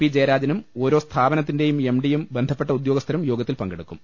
P ജയരാജനും ഓരോ സ്ഥാപനത്തിന്റെയും എംഡിയും ബന്ധപ്പെട്ട ഉദ്യോഗസ്ഥരും യോഗത്തിൽ പങ്കെടുക്കും